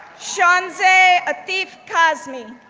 shanzay atif kazmi,